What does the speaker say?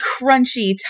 crunchy